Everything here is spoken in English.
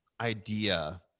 idea